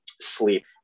sleep